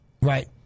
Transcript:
Right